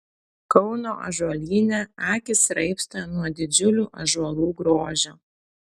kauno ąžuolyne akys raibsta nuo didžiulių ąžuolų grožio